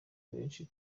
benshi